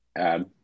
Add